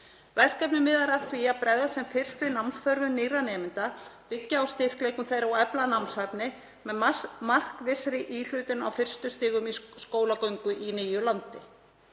Verkefnið miðar að því að bregðast sem fyrst við námsþörfum nýrra nemenda, byggja á styrkleikum þeirra og efla námshæfni með markvissri íhlutun á fyrstu stigum í skólagöngu í nýju landi.